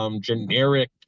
generic